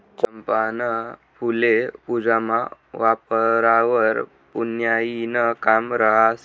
चंपाना फुल्ये पूजामा वापरावंवर पुन्याईनं काम रहास